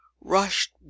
RUSHED